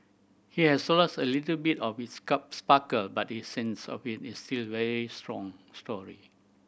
he has so lost a little bit of its sparkle but the essence of it is still very strong story